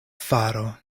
faro